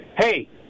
hey